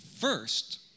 First